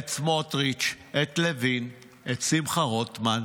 את סמוטריץ', את לוין, את שמחה רוטמן,